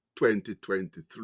2023